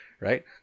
right